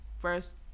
first